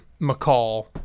McCall